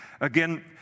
Again